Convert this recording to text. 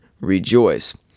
rejoice